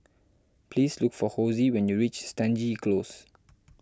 please look for Hosie when you reach Stangee Close